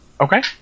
okay